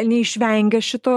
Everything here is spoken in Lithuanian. neišvengia šito